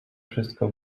wszystko